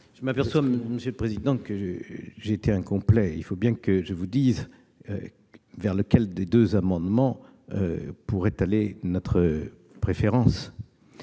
Je m'aperçois, monsieur le président, que j'ai été incomplet. Il faut bien que je vous dise vers lequel de ces deux amendements pourrait aller notre préférence.